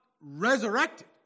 resurrected